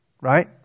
right